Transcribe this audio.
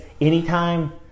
anytime